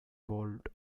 bold